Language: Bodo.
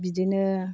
बिदिनो